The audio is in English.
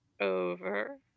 Over